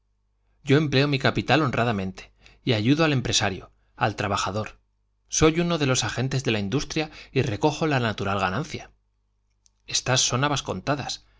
yo empleo mi capital honradamente y ayudo al empresario al trabajador soy uno de los agentes de la industria y recojo la natural ganancia estas son habas contadas